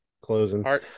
Closing